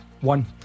One